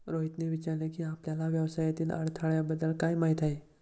रोहितने विचारले की, आपल्याला व्यवसायातील अडथळ्यांबद्दल काय माहित आहे?